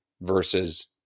versus